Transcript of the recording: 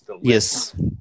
Yes